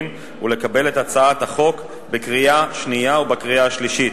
ולקבל את הצעת החוק בקריאה שנייה ובקריאה שלישית.